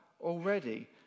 already